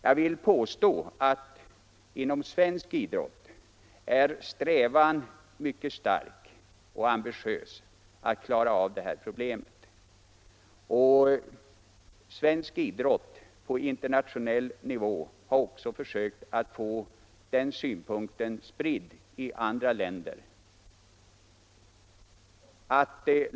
Jag vill påstå att inom svensk idrott är strävan mycket stark och ambitiös att klara av detta problem, och svensk idrott på internationell nivå har också försökt få den synpunkten spridd i andra länder.